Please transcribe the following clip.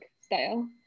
style